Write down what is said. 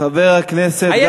חבר הכנסת גפני, תודה רבה.